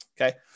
okay